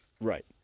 Right